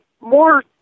more